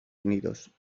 unidos